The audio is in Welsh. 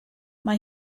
mae